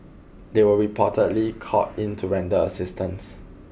they were reportedly called in to render assistance